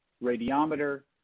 Radiometer